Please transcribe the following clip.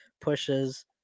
pushes